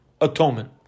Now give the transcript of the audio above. atonement